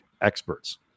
experts